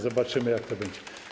Zobaczymy, jak to będzie.